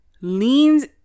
Leans